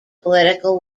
political